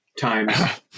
Times